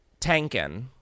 Tankin